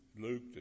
Luke